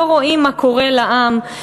לא רואים מה קורה לעם.